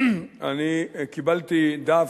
אני קיבלתי דף,